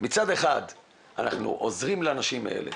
מצד אחד אנחנו עוזרים לאנשים האלה.